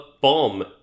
bomb